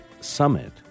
summit